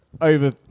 over